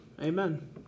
Amen